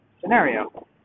scenario